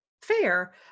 fair